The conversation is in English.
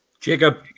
Jacob